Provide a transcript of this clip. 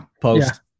Post